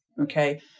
okay